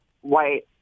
white